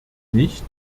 nicht